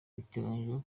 biteganyijwe